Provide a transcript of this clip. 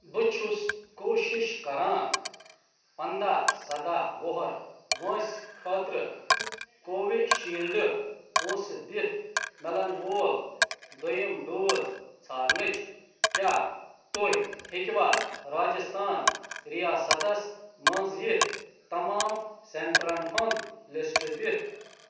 بہٕ چھُس کوٗشِش کَران پنٛداہ سَداہ وُہَر وٲنٛسہِ خٲطرٕ کووِشیٖلڈٕ پونٛسہٕ دِتھ مِلَن وول دوٚیِم ڈوز ژھارنٕچ کیٛاہ تُہۍ ہیٚکِوا راجستان رِیاستَس منٛز یِتھ تَمام سٮ۪نٛٹَرَن ہُنٛد لِسٹ دِتھ